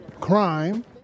crime